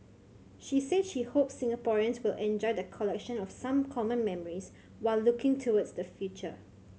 she said she hopes Singaporeans will enjoy the collection of some common memories while looking towards the future